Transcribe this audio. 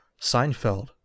Seinfeld